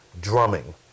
drumming